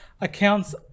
accounts